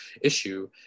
issue